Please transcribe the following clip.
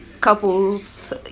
couples